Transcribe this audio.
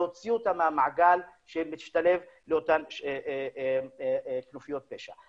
להוציא אותה מהמעגל שמשתלב באותן כנופיות פשע.